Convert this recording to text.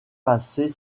passer